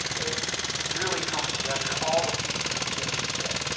it's really coming together. all the pieces are beginning to fit,